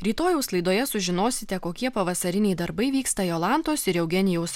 rytojaus laidoje sužinosite kokie pavasariniai darbai vyksta jolantos ir eugenijaus